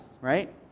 right